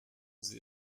sie